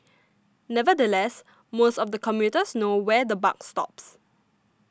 nevertheless most of the commuters know where the buck stops